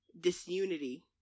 disunity